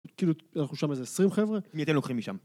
כאילו אנחנו שם איזה 20 חברה. מי אתם לוקחים משם?